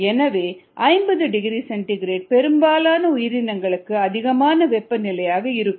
எனவே 50 degree centigrade பெரும்பாலான உயிரினங்களுக்கு அதிகமான வெப்பநிலையாக இருக்கும்